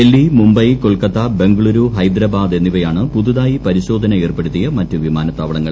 ഡൽഹി മുംബൈ കൊൽക്കത്ത ബംഗളൂരു ഹൈദരാബാദ് എ്ണിവയാണ് പുതുതായി പരിശോധന ഏർപ്പെടുത്തിയ മറ്റ് വിമാനത്താവളങ്ങൾ